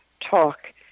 talk